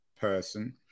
person